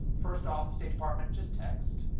first off, state department, just text.